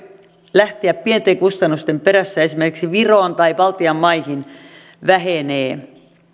lähteä pienten kustannusten perässä esimerkiksi viroon tai baltian maihin vähenee